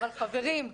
אבל חברים,